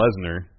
Lesnar